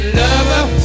lover